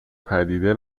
پدیده